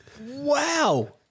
Wow